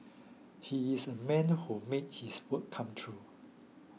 he is a man who made his word come true